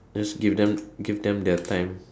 just give them give them their time